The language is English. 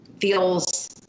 feels